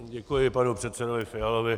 Děkuji panu předsedovi Fialovi.